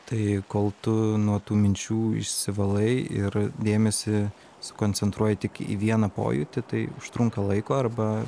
tai kol tu nuo tų minčių išsivalai ir dėmesį sukoncentruoji tik į vieną pojūtį tai užtrunka laiko arba